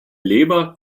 leber